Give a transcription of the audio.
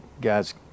guys